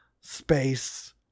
space